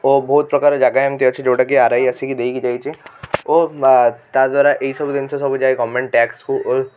ଓ ବହୁତ ପ୍ରକାର ଜାଗା ଏମିତି ଅଛି ଯେଉଁଟା କି ଆର ଆଇ ଆସିକି ଦେଇକି ଯାଇଛି ଓ ତା ଦ୍ବାରା ଏଇ ସବୁ ଜିନିଷ ସବୁ ଯାଏ ଗମେଣ୍ଟ ଟ୍ୟାକସ୍ କୁ ଓ